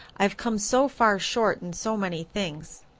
i've come so far short in so many things.